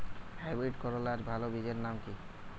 Hybrid করলার ভালো বীজের নাম কি?